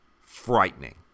frightening